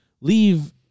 leave